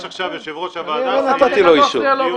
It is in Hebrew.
עכשיו יושב ראש הוועדה שזה יהיה דיון נפרד.